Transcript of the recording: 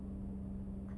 like not nutritious 这样啊